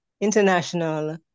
International